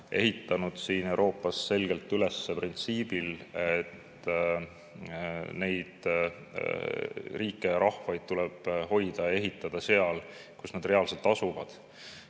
ehitanud selgelt üles printsiibil, et neid riike ja rahvaid tuleb hoida ja ehitada seal, kus nad reaalselt asuvad.